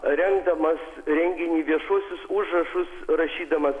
rengdamas renginį viešuosius užrašus rašydamas